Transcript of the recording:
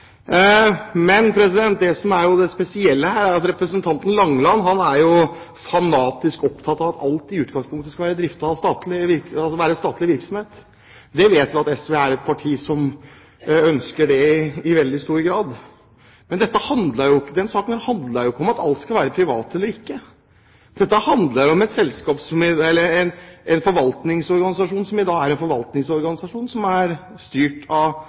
Men det som er det spesielle her, er at representanten Langeland er fanatisk opptatt av at alt i utgangspunktet skal være statlig virksomhet. Vi vet at SV er et parti som ønsker det i veldig stor grad, men denne saken handler ikke om at alt skal være privat eller ikke. Dette handler om en forvaltningsorganisasjon som i dag er styrt av statsråden direkte, som